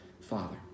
Father